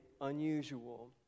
unusual